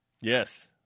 Yes